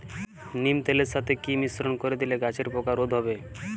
নিম তেলের সাথে কি মিশ্রণ করে দিলে গাছের পোকা রোধ হবে?